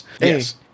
Yes